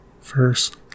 First